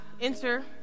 enter